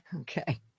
Okay